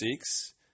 six